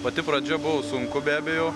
pati pradžia buvo sunku be abejo